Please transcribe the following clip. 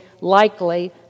likely